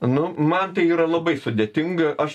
nu man tai yra labai sudėtinga aš